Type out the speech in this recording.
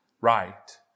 right